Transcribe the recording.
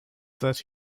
that